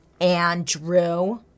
Andrew